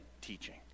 teaching